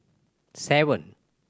seven